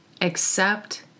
Accept